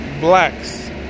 blacks